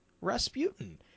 Rasputin